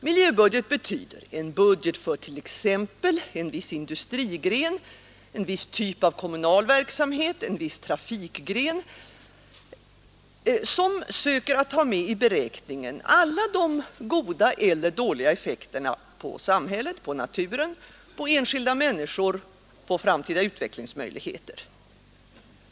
Miljöbudget betyder en budget för t.ex. en viss industrigren, en viss typ av kommunal verksamhet, en viss trafikgren, som söker ta med i beräkningen alla de goda eller dåliga effekterna på samhället, på naturen, på enskilda människor och på framtida utvecklingsmöjligheter.